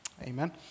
Amen